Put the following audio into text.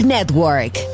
Network